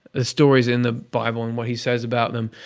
the stories in the bible and what he says about them.